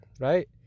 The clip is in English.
right